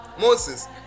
Moses